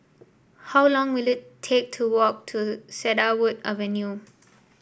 how long will it take to walk to Cedarwood Avenue